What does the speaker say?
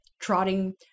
trotting